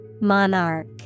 Monarch